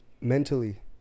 mentally